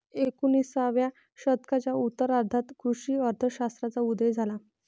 एकोणिसाव्या शतकाच्या उत्तरार्धात कृषी अर्थ शास्त्राचा उदय झाला